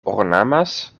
ornamas